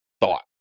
thought